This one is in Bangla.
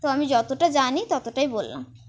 তো আমি যতটা জানি ততটাই বললাম